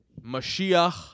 Mashiach